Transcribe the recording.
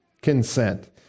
consent